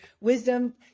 wisdom